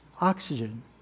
oxygen